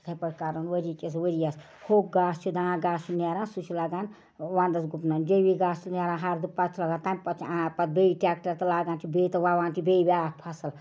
یِتھَے پٲٹھۍ کَرُن ؤری کِس ؤرِیَس ہوٚکھ گاسہٕ چھِ داں گاسہٕ نٮ۪ران سُہ چھِ لَگان وَنٛدَس گُپنَن جیٚوی گاسہِ چھِ نٮ۪ران ہردٕ پتہٕ چھِ لَگان تَمہِ پتہٕ چھِ اَنان پتہٕ بیٚیہِ ٹیٚکٹَر تہٕ لاگان چھِ بیٚیہِ تہٕ وَوان چھِ بیٚیہِ بیٛاکھ فَصٕل